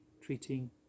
treating